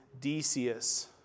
Decius